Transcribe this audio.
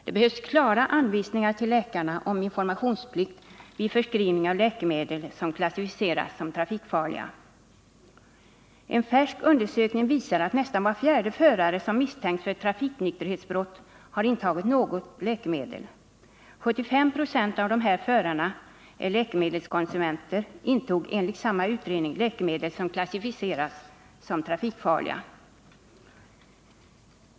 Det behövs klara anvisningar till läkarna om informationsplikt vid förskrivning av läkemedel som klassificeras som trafikfarliga. En färsk undersökning visar att nästan var fjärde förare som misstänks för trafiknykterhetsbrott har intagit något läkemedel. 75 96 av dessa förareläkemedelskonsumenter intog enligt samma utredning läkemedel som klassificeras som trafikfarliga.